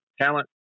talent